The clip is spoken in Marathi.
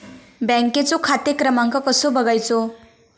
बँकेचो खाते क्रमांक कसो बगायचो?